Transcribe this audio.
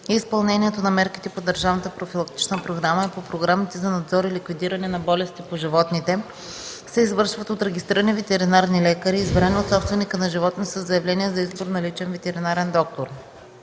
изпълнението на мерките по държавната профилактична програма и по програмите за надзор и ликвидиране на болести по животните се извършват от регистрирани ветеринарни лекари, избрани от собственика на животни със заявление за избор на личен ветеринарен лекар.